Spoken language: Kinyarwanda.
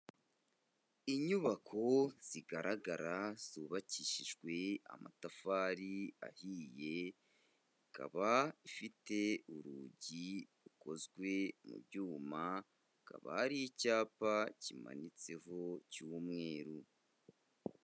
Inyubako zigaragara zubakishijwe amatafari ahiye, ikaba ifite urugi rukozwe mu byuma, hakaba hari icyapa kimanitseho cy'umweru.